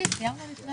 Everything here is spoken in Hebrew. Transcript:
הישיבה ננעלה בשעה